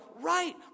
right